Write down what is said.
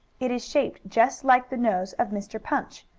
it is shaped just like the nose of mr. punch,